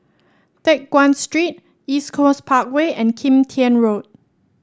Teck Guan Street East Coast Parkway and Kim Tian Road